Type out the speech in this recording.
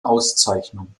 auszeichnung